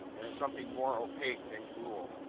and is something more opaque than gruel.